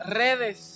redes